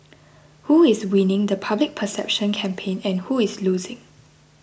who is winning the public perception campaign and who is losing